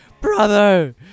brother